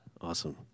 Awesome